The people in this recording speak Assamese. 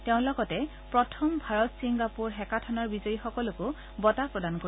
তেওঁ লগতে প্ৰথম ভাৰত ছিংগাপুৰ হেকাথনৰ বিজয়ীসকলো বঁটা প্ৰদান কৰিব